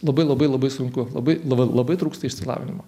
labai labai labai sunku labai labai trūksta išsilavinimo